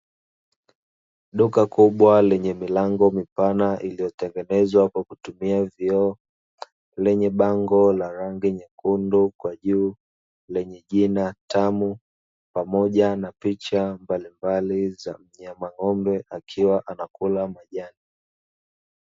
Duka kubwa lenye milango mipana iliyotengenezwa kwa kutumia vioo, lenye bango la rangi nyekundu kwa juu, lenye jina Tamu, pamoja na picha mbalimbali za mnyama ng'ombe akiwa anakula majani.